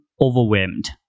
overwhelmed